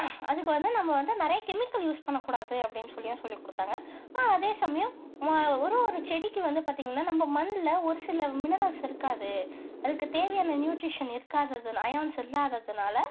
அதுக்கு வந்து நம்ம வந்து நிறைய கெமிக்கல் யூஸ் பண்ணக்கூடாது அப்படின்னு சொல்லியும் சொல்லிக்கொடுத்தாங்க ஆனால் அதே சமயம் மா ஒரு ஒரு செடிக்கும் வந்து பார்த்திங்கனா நம்ம மண்ணில் ஒரு சில மினரல்ஸ் இருக்காது அதுக்குத் தேவையான நியூட்ரீஷன் இருக்காதது அயான்ஸ் இல்லாததுனால்